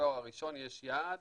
בתואר הראשון יש יעד